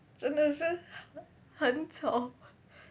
真的是很丑